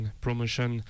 Promotion